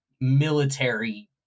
military